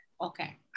okay